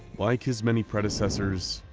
like his many predecessors,